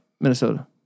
Minnesota